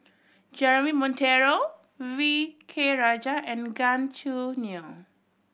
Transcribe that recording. Jeremy Monteiro V K Rajah and Gan Choo Neo